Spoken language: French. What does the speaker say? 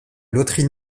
loterie